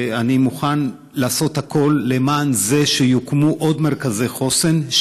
אני מוכן לעשות הכול למען זה שיוקמו עוד מרכזי חוסן,